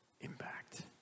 Impact